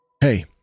Hey